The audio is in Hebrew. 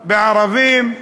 בערבים,